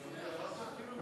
חבר הכנסת חיים